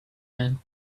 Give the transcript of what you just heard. man